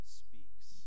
speaks